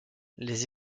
les